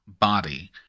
body